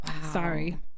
sorry